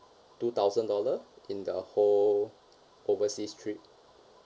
two thousand dollar in the whole overseas trip